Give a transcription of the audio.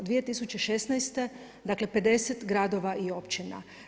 2016. dakle 50 gradova i općina.